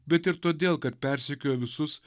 bet ir todėl kad persekiojo visus